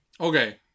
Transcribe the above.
okay